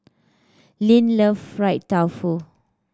Len love fried tofu